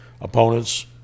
opponents